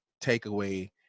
takeaway